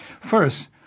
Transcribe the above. First